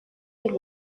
and